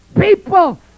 people